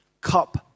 Cup